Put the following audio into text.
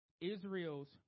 Israel's